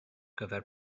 gyfer